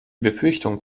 befürchtung